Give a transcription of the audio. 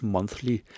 Monthly